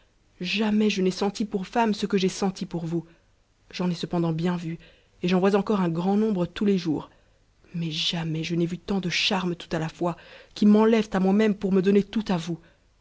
jamais je n'ai sm our femme ce que j'ai senti pour vous j'en ai cependant bien vu et j'en vois encore un grand nombre tous les jours mais jamais je n'ai vu tant de charmes tout à la fois qui m'enlèvent à moi-même pour me donner tout à vous